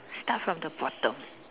start from the bottom